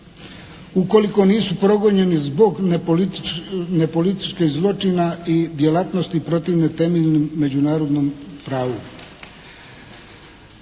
ukoliko nisu progonjeni zbog nepolitičkih zločina i djelatnosti protivne temeljnom međunarodnom pravu.